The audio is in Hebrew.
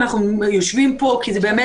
אנחנו יושבים פה כי זה באמת,